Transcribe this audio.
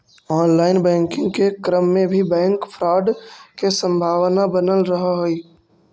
online banking के क्रम में भी बैंक फ्रॉड के संभावना बनल रहऽ हइ